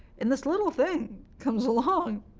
and this little thing comes along